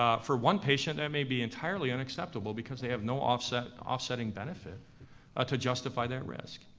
ah for one patient, that might be entirely unacceptable because they have no offsetting offsetting benefit ah to justify that risk.